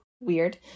weird